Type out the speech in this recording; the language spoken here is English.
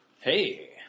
Hey